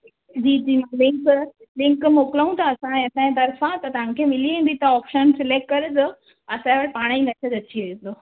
जी जी मां link link मोकिलियूं था असां असांजे तर्फ़ां त तव्हांखे मिली वेंदी त हुता ऑपशन सिलेक्ट कजो असां वटि पाणई मैसेज अची वेंदो